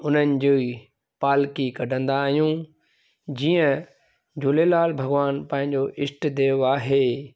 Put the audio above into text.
उन्हनि जी पालिकी कढंदा आहियूं जीअं झूलेलाल भॻवान पंहिंजो इष्टदेव आहे